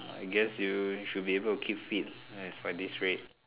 I guess you'll you should be able to keep fit at this rate